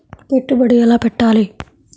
పెట్టుబడి ఎలా పెట్టాలి?